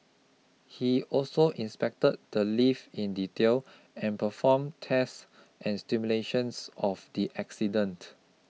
he also inspected the lift in detail and performed tests and simulations of the accident